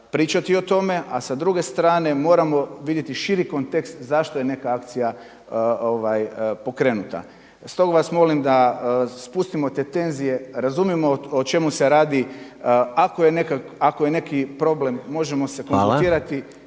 pričati o tome a sa druge strane moramo vidjeti širi kontekst zašto je neka akcija pokrenuta. Stoga vas molim da spustimo te tenzije, razumijemo o čemu se radi. Ako je neki problem možemo se konzultirati.